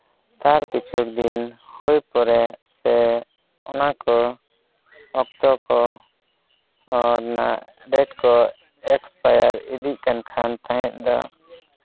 ᱛᱟᱨ ᱠᱤᱪᱷᱩ ᱫᱤᱱ ᱦᱩᱭ ᱯᱚᱨᱮ ᱥᱮ ᱚᱱᱟ ᱠᱚ ᱚᱠᱛᱚ ᱠᱚ ᱱᱚᱣᱟ ᱨᱮᱱᱟᱜ ᱰᱮᱴ ᱠᱚ ᱮᱠᱥᱯᱟᱭᱟᱨ ᱤᱫᱤᱜ ᱠᱟᱱ ᱠᱷᱟᱱ ᱛᱟᱦᱮᱸᱫ ᱫᱚ